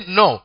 no